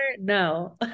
No